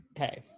Okay